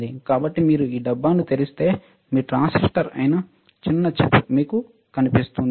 కాబట్టి మీరు ఈ డబ్బాను తెరిస్తే మీ ట్రాన్సిస్టర్ అయిన చిన్న చిప్ మీకు కనిపిస్తుంది